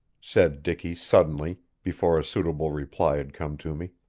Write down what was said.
said dicky suddenly, before a suitable reply had come to me